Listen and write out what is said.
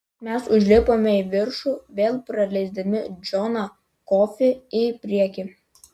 mes užlipome į viršų vėl praleisdami džoną kofį į priekį